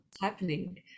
happening